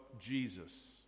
Jesus